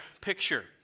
picture